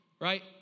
right